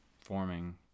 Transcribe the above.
forming